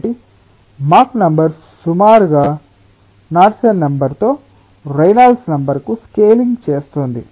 కాబట్టి Mach number సుమారుగా Knudsen నెంబర్తో రేనాల్డ్స్ నెంబర్కు స్కేలింగ్ చేస్తోంది